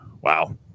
Wow